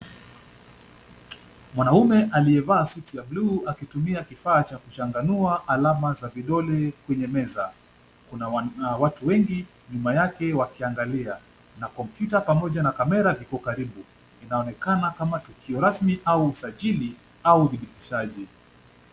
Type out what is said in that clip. Mwanaume aliyevaa suti ya buluu akitumia kifaa cha kuchanganua alama za vidole kwenye meza. Kuna watu wengi nyuma yake wakiangalia na kompyuta pamoja na kamera viko karibu inaonekana kama tukio rasmi au usajiri au udhibitishaji.